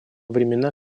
времена